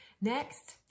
next